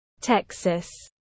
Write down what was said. Texas